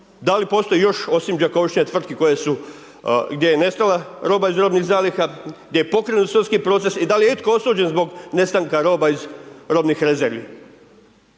da li postoji još osim Đakovštine, tvrtke gdje je nestala roba iz robnih zaliha, gdje je pokrenut sudski proces i da li je itko osuđen zbog nestanka roba iz robnih rezervi.